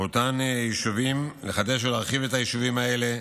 באותם יישובים, לחדש ולהרחיב את היישובים האלה,